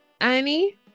annie